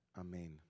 Amen